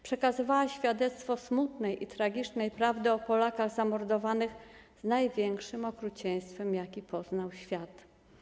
Przekazywała świadectwo smutnej i tragicznej prawdy o Polakach zamordowanych z największym okrucieństwem, jakie poznał świat.